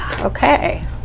Okay